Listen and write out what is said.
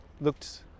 looked